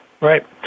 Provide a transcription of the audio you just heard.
right